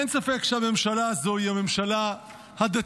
אין ספק שהממשלה הזו היא הממשלה הדתית